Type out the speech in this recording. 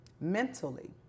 mentally